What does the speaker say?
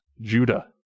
Judah